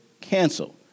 cancel